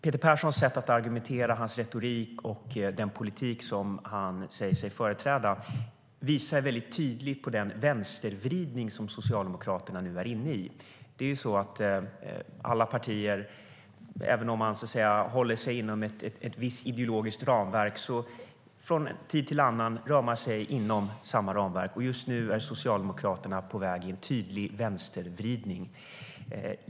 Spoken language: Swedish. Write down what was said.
Peter Perssons sätt att argumentera, hans retorik och den politik som han säger sig företräda visar mycket tydligt på den vänstervridning som Socialdemokraterna nu är inne i. Alla partier, även om man håller sig inom ett visst ideologiskt ramverk, rör sig från tid till annan inom samma ramverk, och just nu är Socialdemokraterna på väg i en tydlig vänstervridning.